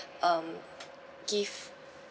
um give